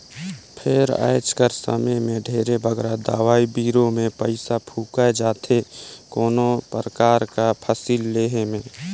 फेर आएज कर समे में ढेरे बगरा दवई बीरो में पइसा फूंकाए जाथे कोनो परकार कर फसिल लेहे में